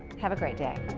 have a great day.